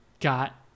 got